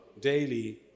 daily